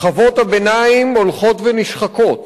שכבות הביניים הולכות ונשחקות.